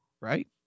right